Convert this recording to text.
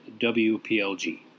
WPLG